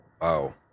Wow